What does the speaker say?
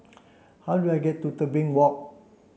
how do I get to Tebing Walk